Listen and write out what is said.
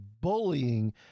bullying